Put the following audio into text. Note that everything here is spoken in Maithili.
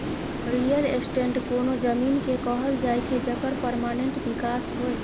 रियल एस्टेट कोनो जमीन केँ कहल जाइ छै जकर परमानेंट बिकास होइ